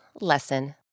lesson